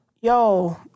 Yo